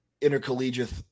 intercollegiate